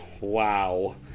Wow